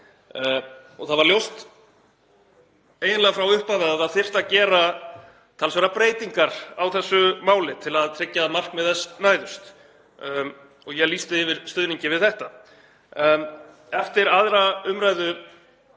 Það var ljóst eiginlega frá upphafi að gera þyrfti talsverðar breytingar á þessu máli til að tryggja að markmið þess næðust og ég lýsti yfir stuðningi við þetta. En eftir 2. umræðu